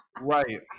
right